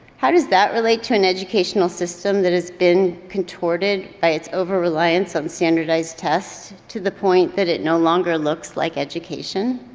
how does that relate to an educational system that has been contorted by its over reliance on standardized tests to the point that it no longer looks like education?